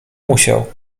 musiał